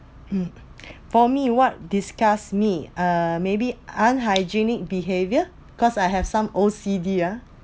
for me what disgust me uh maybe unhygienic behaviour because I have some O_C_D ah